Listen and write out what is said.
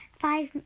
Five